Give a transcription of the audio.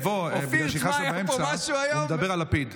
נבו, בגלל שנכנסת באמצע, הוא מדבר על לפיד.